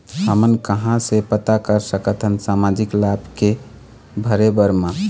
हमन कहां से पता कर सकथन सामाजिक लाभ के भरे बर मा?